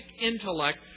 intellect